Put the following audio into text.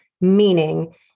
meaning